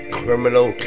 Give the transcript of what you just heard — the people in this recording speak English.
criminal